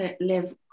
live